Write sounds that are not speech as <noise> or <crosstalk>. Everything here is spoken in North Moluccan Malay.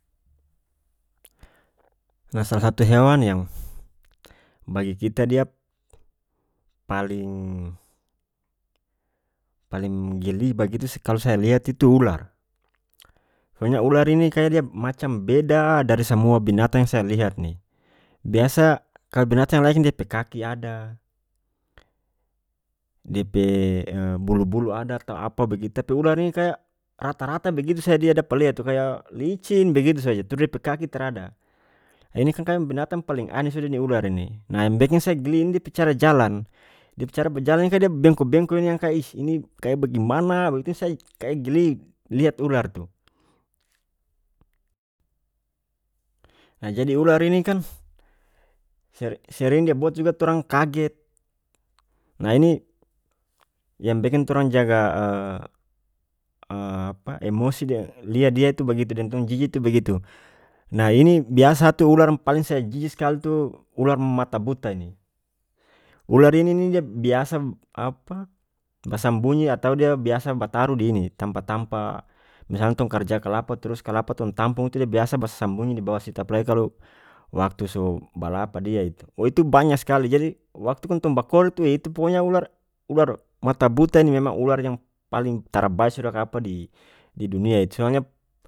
Salah satu hewan yang bagi kita dia paling-paling geli bagitu kalu saya lihat itu ular <unintelligible> ini kaya macam beda dari samua binatang yang saya lihat ini biasa kalu binatang yang lain ini dia pe kaki ada dia pe <hesitation> bulu bulu ada ka apa bagitu tapi ular ini kaya rata rata begitu saya <unintelligible> dapalia itu kaya licin begitu saja trus dia pe kaki trada ini kan binatang paleng aneh sudah ular ini nah yang bikin saya geli ini dia pe cara jalan dia pe cara bajalan ini kaya bengko bengko ini yang kaya <hesitation> ini kaya bagimana bagitu ini saya <hesitation> kaya geli lihat ular tu jadi ular ini kan <noise> se-sering dia buat juga dia buat torang kaget nah ini yang bikin torang jaga <hesitation> <hesitation> apa emosi dia lia dia itu bagitu deng tong jijik tu begitu nah ini biasa tu ular paling saya jijik skali tu ular mata buta ini ular ini ni dia biasa <hesitation> apa basambunyi atau dia biasa bataruh di ini tampa tampa misalnya torang karja kalapa trus kalapa tong tampung itu dia biasa basambunyi dibawa situ apalagi kalu waktu so balah pa dia itu we itu banya skali jadi waktu kan tong bakore itu <hesitation> itu pokonya ular-ular mata buta ini memang ular yang paling tarabae sudah ka apa di didunia itu soalnya. <hesitation>